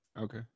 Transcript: Okay